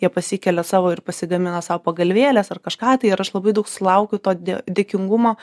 jie pasikelia savo ir pasigamina sau pagalvėles ar kažką tai ir aš labai daug sulaukiu to dė dėkingumo